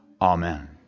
Amen